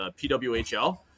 PWHL